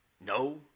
No